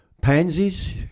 pansies